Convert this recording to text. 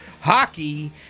hockey